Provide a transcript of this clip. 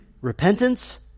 Repentance